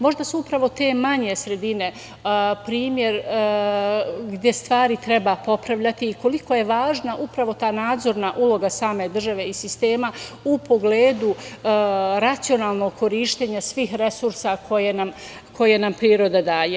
Možda su upravo te manje sredine primer gde stvari treba popravljati i koliko je važna upravo ta nadzorna uloga same države i sistema u pogledu racionalnog korišćenja svih resursa koje nam priroda daje.